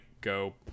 go